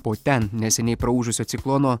po ten neseniai praūžusio ciklono